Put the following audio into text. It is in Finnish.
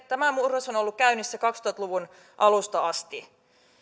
tämä murros on ollut käynnissä kaksituhatta luvun alusta asti